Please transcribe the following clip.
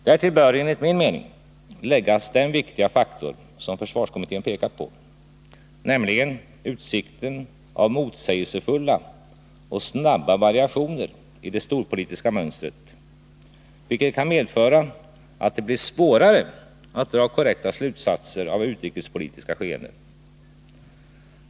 Därtill bör, enligt min mening, läggas den viktiga faktor som försvarskommittén pekat på, nämligen utsikten av motsägelsefulla och snabba variationer i det storpolitiska mönstret, vilket kan medföra att det blir svårare att dra korrekta slutsatser av utrikespolitiska skeenden.